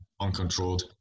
Uncontrolled